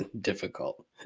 difficult